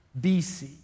BC